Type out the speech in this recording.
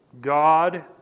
God